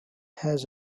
has